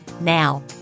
Now